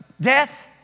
death